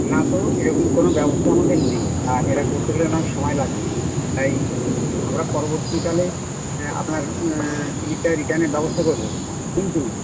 না তো এরকম কোনো ব্যবস্থা আমাদের নেই আর এটা করতে গেলে অনেক সময় লাগবে তাই আমরা পরবর্তীকালে আপনার টিকিটটা রিটার্নের ব্যবস্থা করবো কিন্তু